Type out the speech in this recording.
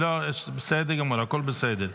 בסדר גמור, הכול בסדר.